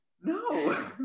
No